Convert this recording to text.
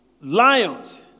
lions